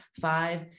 five